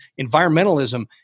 environmentalism